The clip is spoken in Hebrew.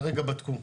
כרגע בדקו,